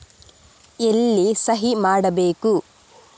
ಎಲ್ಲಿ ಸಹಿ ಮಾಡಬೇಕು?